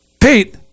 Pete